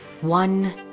One